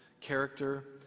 character